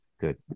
good